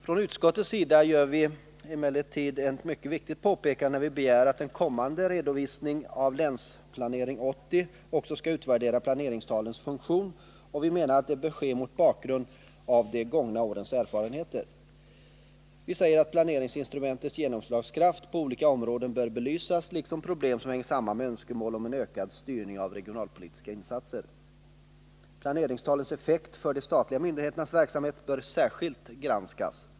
Från utskottets sida gör vi emellertid ett mycket viktigt påpekande när vi begär att kommande redovisning av Länsplanering 80 också skall utvärdera planeringstalens funktion, och vi menar att det bör ske mot bakgrund av de gångna årens erfarenheter. Vi säger att planeringsinstrumentets genomslagskraft på olika områden bör belysas liksom problem som hänger samman med önskemål om en ökad styrning av regionalpolitiska insatser. Planeringstalens effekt för de statliga myndigheternas verksamhet bör särskilt granskas.